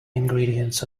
ingredients